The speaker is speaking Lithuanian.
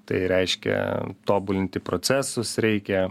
tai reiškia tobulinti procesus reikia